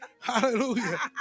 Hallelujah